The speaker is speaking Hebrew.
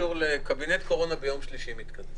קבינט הקורונה יתכנס ביום שלישי.